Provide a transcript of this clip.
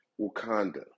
Wakanda